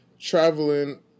Traveling